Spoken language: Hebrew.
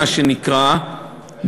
מה שנקרא,